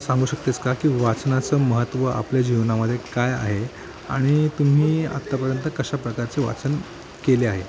सांगू शकतेस की वाचनाचं महत्त्व आपल्या जीवनामध्ये काय आहे आणि तुम्ही आत्तापर्यंत कशा प्रकारचे वाचन केले आहे